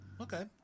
Okay